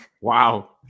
Wow